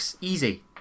easy